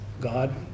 God